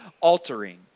altering